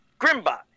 Grimbot